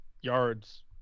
yards